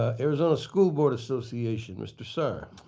ah arizona school board association, mr. saar.